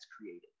created